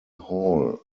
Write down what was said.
hall